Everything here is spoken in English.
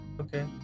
okay